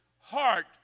heart